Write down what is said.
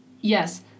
Yes